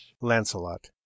Lancelot